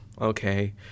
okay